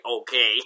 okay